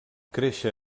créixer